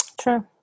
True